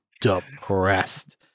depressed